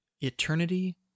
Eternity